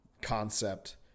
concept